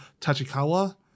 Tachikawa